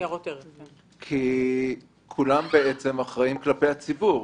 כולם אחראים כלפי הציבור.